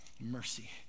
mercy